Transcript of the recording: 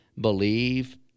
believe